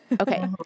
Okay